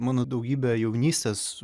mano daugybė jaunystės